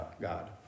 God